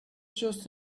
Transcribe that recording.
just